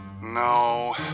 No